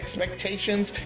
expectations